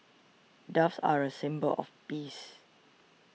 doves are a symbol of peace